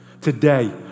today